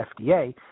FDA